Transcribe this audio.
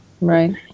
Right